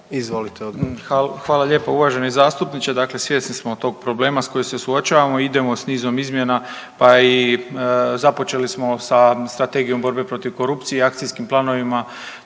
Ivan (HDZ)** Hvala lijepa uvaženi zastupniče. Dakle, svjesni smo tog problema s kojim se suočavamo, idemo s nizom izmjena pa i započeli smo sa Strategijom borbe protiv korupcije i akcijskim planovima